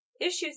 issues